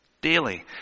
Daily